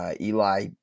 Eli